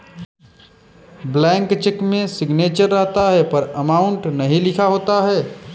blank cheque में signature रहता है पर अमाउंट नहीं लिखा होता है